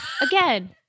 again